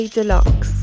Deluxe